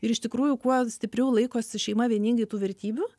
ir iš tikrųjų kuo stipriau laikosi šeima vieningai tų vertybių